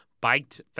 biked